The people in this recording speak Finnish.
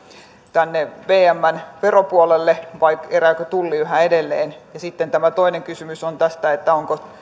tänne vmn veropuolelle vai kerääkö tulli yhä edelleen ja sitten tämä toinen kysymys on tästä